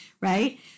right